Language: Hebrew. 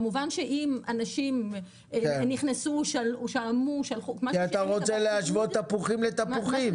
כמובן שאם אנשים נכנסו --- כי אתה רוצה להשוות תפוחים לתפוחים.